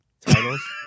titles